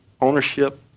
ownership